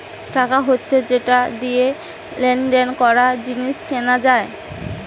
টাকা হচ্ছে যেটা দিয়ে লেনদেন করা, জিনিস কেনা যায়